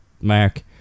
mark